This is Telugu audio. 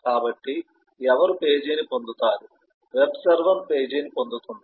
కాబట్టి ఎవరు పేజీని పొందుతారు వెబ్ సర్వర్ పేజీని పొందుతుంది